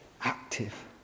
active